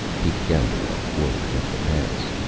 he began to walk forward, into the pass.